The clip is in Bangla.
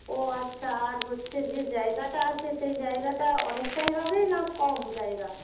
ও আচ্ছা আর হচ্ছে যে জায়গাটা আছে সেই জায়গাটা অনেকটাই হবে না কম জায়গা